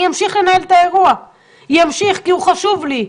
אמשיך לנהל את האירוע כי הוא חשוב לי,